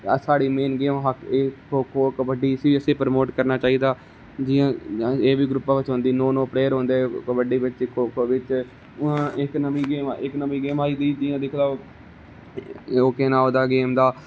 main game hockey kho kho kabaddi आसें इसी बी प्रमोट करना चाहिदा जियां ऐ बी ग्रुप च ओंदी नौ नौ प्लेयर होंदे कबड्डी बिच खो खो बिच उआं इक नमी नमी गेम आई दी जियां दिक्खी लेओ ओह् केह् नां ओहदा गेम दा